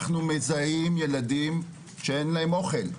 אנחנו מזהים ילדים שאין להם אוכל,